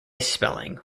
spelling